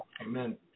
Amen